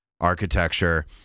architecture